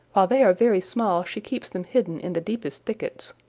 while they are very small she keeps them hidden in the deepest thickets.